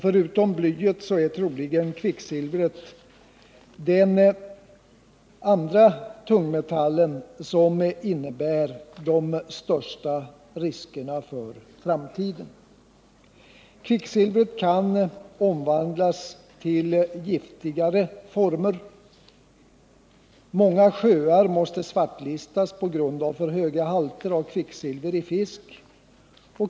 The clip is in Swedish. Förutom bly är troligen kvicksilver den tungmetall som innebär de största riskerna för framtiden. Kvicksilver kan omvandlas till giftigare former. Många sjöar måste svartlistas på grund av för höga halter av kvicksilver i fisk.